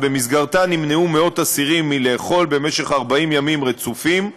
שבמסגרתה נמנעו מאות אסירים מלאכול במשך 40 ימים רצופים.